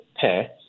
pair